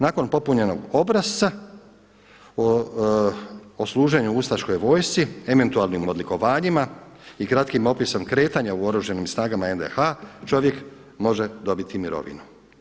Nakon popunjenog obrasca o služenju ustaškoj vojsci, eventualnim odlikovanjima i kratkim opisom kretanja u oružanim snagama NDH čovjek može dobiti mirovinu.